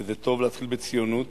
וזה טוב להתחיל בציונות.